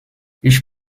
ich